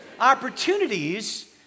Opportunities